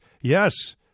Yes